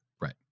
Right